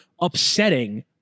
upsetting